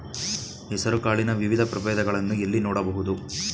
ಹೆಸರು ಕಾಳಿನ ವಿವಿಧ ಪ್ರಭೇದಗಳನ್ನು ಎಲ್ಲಿ ನೋಡಬಹುದು?